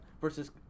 versus